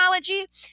technology